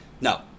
No